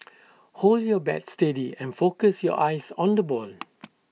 hold your bat steady and focus your eyes on the ball